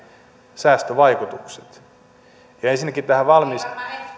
säästövaikutukset ja ensinnäkin tähän